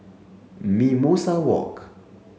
Mimosa Walk